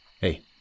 hey